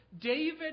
David